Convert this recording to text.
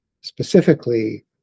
specifically